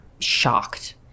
shocked